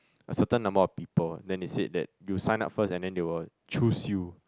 a certain number of people then they said that you sign up first and then they will choose you